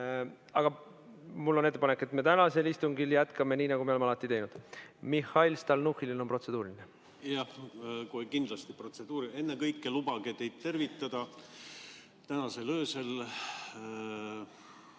Aga mul on ettepanek, et me tänasel istungil jätkame nii, nagu me oleme alati teinud. Mihhail Stalnuhhinil on protseduuriline. Jah, kohe kindlasti protseduuriline. Ennekõike lubage teid tervitada. Täna öösel